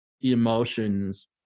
emotions